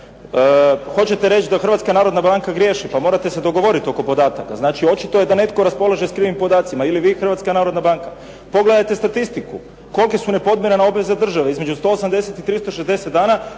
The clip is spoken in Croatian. Hoćete reći da HNB griješi? Pa morate se dogovoriti oko podataka. Znači očito je da netko raspolaže s krivim podacima. Ili vi ili HNB. Pogledajte statistiku, kolike su nepodmirene obveze države? Između 180 i 360 dana.